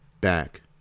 back